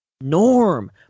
Norm